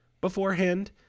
beforehand